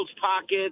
pockets